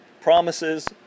promises